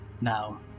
Now